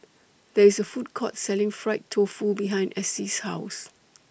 There IS A Food Court Selling Fried Tofu behind Essie's House